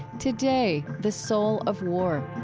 today, the soul of war.